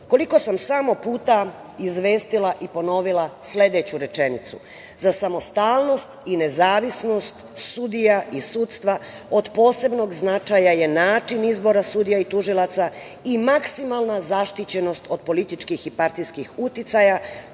izbor. Koliko sam samo puta izvestila i ponovila sledeću rečenicu – za samostalnost i nezavisnost sudija i sudstva od posebnog značaja je način izbora sudija i tužilaca i maksimalna zaštićenost od političkih i partijskih uticaja,